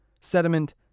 sediment